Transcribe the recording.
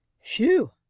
Phew